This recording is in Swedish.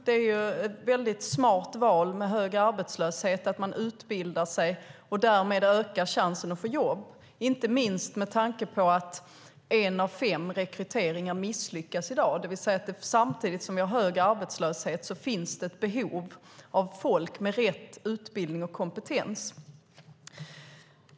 Vid hög arbetslöshet är det ett väldigt smart val att utbilda sig och därmed öka chansen att få jobb, inte minst med tanke på att en av fem rekryteringar misslyckas i dag. Samtidigt som vi har hög arbetslöshet finns det ett behov av folk med rätt utbildning och kompetens.